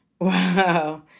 wow